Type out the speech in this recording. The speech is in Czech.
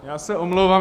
Já se omlouvám.